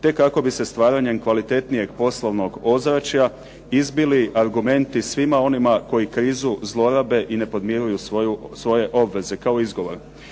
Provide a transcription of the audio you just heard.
te kako bi se stvaranjem kvalitetnijeg poslovnog ozračja izbili argumenti svima onima koji krizu zlorabe i ne podmiruju svoje obveze kao izgovor.